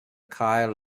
kyle